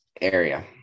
area